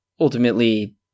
ultimately